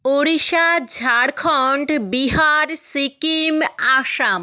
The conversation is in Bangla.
ওড়িশা ঝাড়খন্ড বিহার সিকিম আসাম